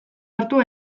hartu